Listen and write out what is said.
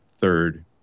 third